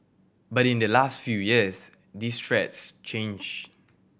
but in the last few years these threats changed